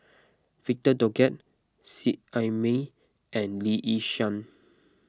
Victor Doggett Seet Ai Mee and Lee Yi Shyan